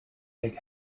big